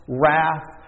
wrath